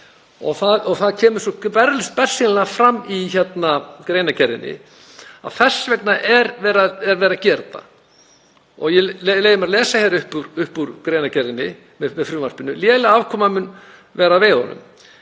Það kemur svo bersýnilega fram í greinargerðinni að þess vegna er verið að gera þetta. Ég leyfi mér að lesa hér upp úr greinargerðinni með frumvarpinu: „Léleg afkoma mun vera af veiðunum.